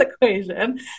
equation